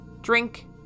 Drink